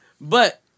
But-